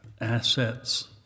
assets